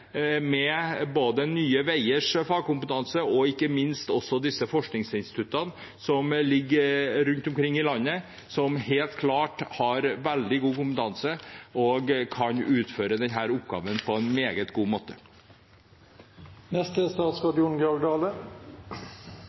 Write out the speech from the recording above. med både Nye Veiers fagkompetanse og ikke minst disse forskningsinstituttene, som ligger rundt omkring i landet, som helt klart har veldig god kompetanse og kan utføre denne oppgaven på en meget god måte.